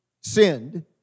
sinned